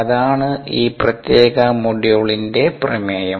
അതാണ് ഈ പ്രത്യേക മൊഡ്യൂളിന്റെ പ്രമേയം